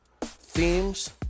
themes